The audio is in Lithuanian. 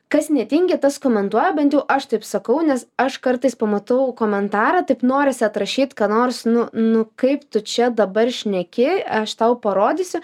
kas netingi tas komentuoja bent jau aš taip sakau nes aš kartais pamatau komentarą taip norisi atrašyt ką nors nu nu kaip tu čia dabar šneki aš tau parodysiu